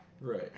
Right